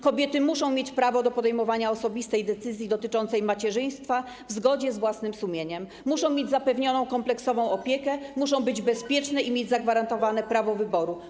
Kobiety muszą mieć prawo do podejmowania osobistej decyzji dotyczącej macierzyństwa w zgodzie z własnym sumieniem, muszą mieć zapewnioną kompleksową opiekę, muszą być bezpieczne i mieć zagwarantowane prawo wyboru.